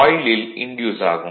காயிலில் இன்டியூஸ் ஆகும்